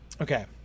Okay